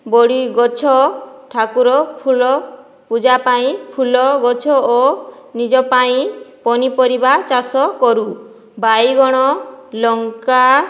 ବଡ଼ି ଗଛ ଠାକୁର ଫୁଲ ପୂଜା ପାଇଁ ଫୁଲଗଛ ଓ ନିଜପାଇଁ ପନିପରିବା ଚାଷକରୁ ବାଇଗଣ ଲଙ୍କା